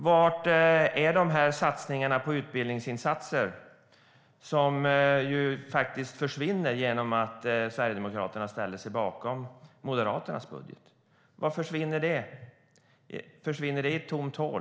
Var är de utbildningsinsatser som försvinner genom att Sverigedemokraterna ställer sig bakom Moderaternas budget. Försvinner de pengarna i ett tomt hål?